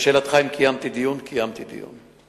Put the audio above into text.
לשאלתך אם קיימתי דיון, קיימתי דיון.